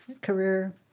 career